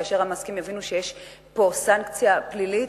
כאשר המעסיקים יבינו שיש פה סנקציה פלילית,